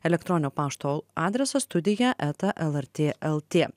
elektroninio pašto adresas studija eta lrt lt